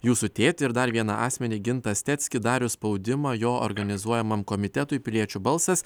jūsų tėtį ir dar vieną asmenį gintą steckį darius spaudimą jo organizuojamam komitetui piliečių balsas